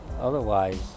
otherwise